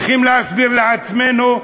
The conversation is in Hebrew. צריכים להסביר לעצמנו,